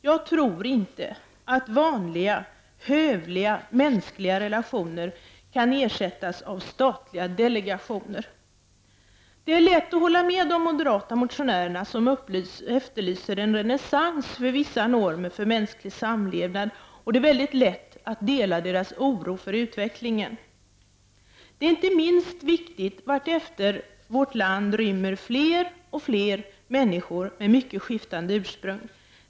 Jag tror inte att vanliga, hövliga mänskliga relationer kan ersättas av statliga delegationer. Det är lätt att hålla med de moderata motionärer som efterlyser en renässans för vissa normer och för mänsklig samlevnad, och det är lätt att dela deras oro för utvecklingen. Det är inte minst viktigt eftersom vårt land rymmer fler och fler människor med mycket skiftande ursprung.